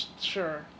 Sure